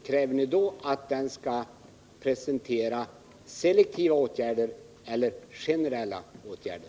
Kräver ni att den då skall presentera selektiva eller generella åtgärder?